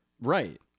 right